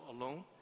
alone